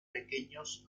pequeños